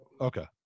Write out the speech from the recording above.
Okay